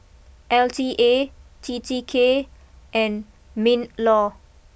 L T A T T K and Minlaw